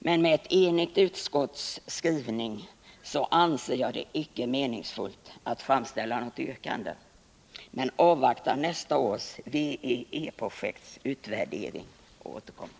Mot ett enigt utskott anser jag det icke vara meningsfullt att framställa något yrkande, men jag avvaktar nästa års utvärdering av W-E-projektet och återkommer.